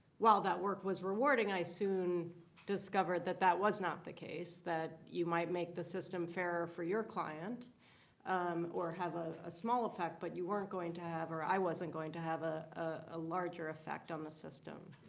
while that work was rewarding, i soon discovered that that was not the case, that you might make the system fairer for your client or have ah a small effect. but you weren't going to have or i wasn't going to have ah a larger effect on the system.